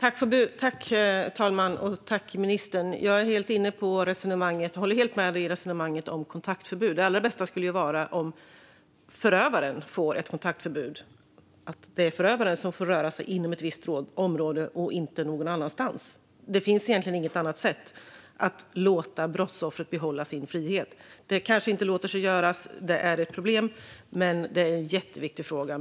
Fru talman och ministern! Jag håller helt med om resonemanget om kontaktförbud. Det allra bästa skulle vara om förövaren fick ett kontaktförbud så att det är förövaren som får röra sig inom ett visst område och inte någon annanstans. Det finns egentligen inget annat sätt att låta brottsoffret behålla sin frihet. Det kanske inte låter sig göras, och det är ett problem. Men brottsoffrens frihet är en jätteviktig fråga.